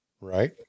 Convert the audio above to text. right